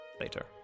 later